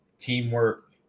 teamwork